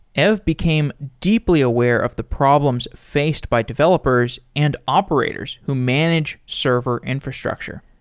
ev became deeply aware of the problems faced by developers and operators who manage server infrastructure.